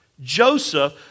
Joseph